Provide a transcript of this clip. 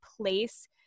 place